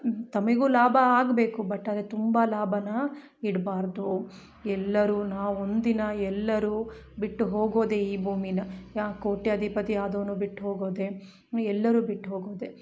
ತಮಗು ಲಾಭ ಆಗಬೇಕು ಬಟ್ ಆದರೆ ತುಂಬ ಲಾಭ ಇಡಬಾರ್ದು ಎಲ್ಲರು ನಾವು ಒಂದಿನ ಎಲ್ಲರು ಬಿಟ್ಟು ಹೋಗೋದೆ ಈ ಭೂಮಿನ ಯಾವ ಕೋಟ್ಯಾಧಿಪತಿ ಆದವನು ಬಿಟ್ಟೋಗೋದೇ ಎಲ್ಲರು ಬಿಟ್ಟೋಗೋದೇ